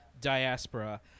diaspora